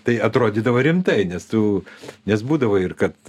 tai atrodydavo rimtai nes tu nes būdavo ir kad